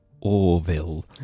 Orville